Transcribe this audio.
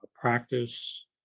practice